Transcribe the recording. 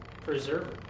preserver